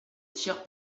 tiers